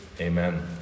Amen